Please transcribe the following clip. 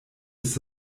ist